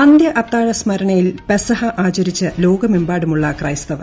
അന്ത്യ അത്താഴ സ്മരണയിൽ പെസഹാ ആചരിച്ച് ലോകമെമ്പാടുമുള്ള ക്രൈസ്തവർ